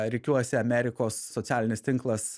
rikiuojasi amerikos socialinis tinklas